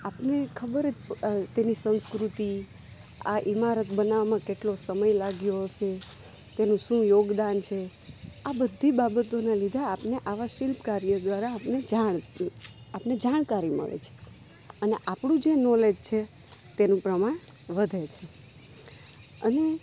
આપને ખબર તેની સંસ્કૃતિ આ ઇમારત બનાવવામાં કેટલો સમય લાગ્યો હશે તેનું શું યોગદાન છે આ બધી બાબતોના લીધે આપને આવા શિલ્પ કાર્યો દ્વારા આપને જાણ જાણકારી મળે છે અને આપણું જે નોલેજ છે તેનું પ્રમાણ વધે છે અને